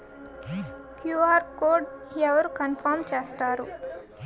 QR code అవరు confirm చేస్తారు?